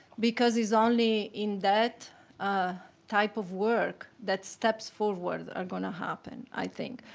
because it's only in that ah type of work that steps forward are going to happen, i think.